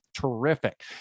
terrific